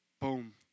Boom